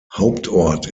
hauptort